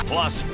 Plus